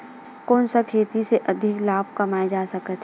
कोन सा खेती से अधिक लाभ कमाय जा सकत हे?